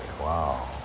Wow